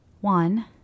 One